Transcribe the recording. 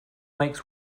makes